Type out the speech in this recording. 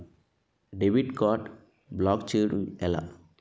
Debit card block చేయటం ఎలా?